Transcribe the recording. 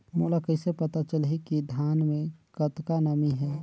मोला कइसे पता चलही की धान मे कतका नमी हे?